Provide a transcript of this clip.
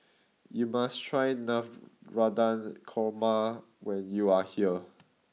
you must try Navratan Korma when you are here